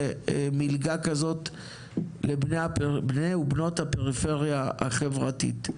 מלגה כזו לבני ובנות הפריפריה החברתית.